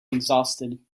exhausted